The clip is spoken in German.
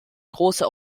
große